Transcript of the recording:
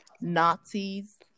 Nazis